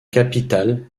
capitale